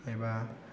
एबा